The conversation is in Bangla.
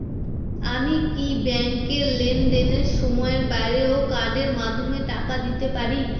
আমি কি ব্যাংকের লেনদেনের সময়ের বাইরেও কার্ডের মাধ্যমে টাকা পেতে পারি?